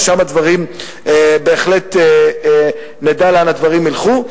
ושם בהחלט נדע לאן הדברים ילכו.